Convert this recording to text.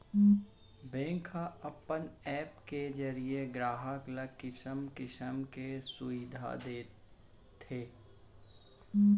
bank ह अपन app के जरिये गराहक ल किसम किसम के सुबिधा देत हे